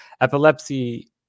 Epilepsy